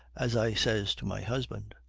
as i says to my husband,